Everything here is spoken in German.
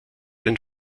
den